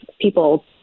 people